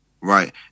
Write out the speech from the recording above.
Right